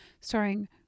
starring